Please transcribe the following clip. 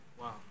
Wow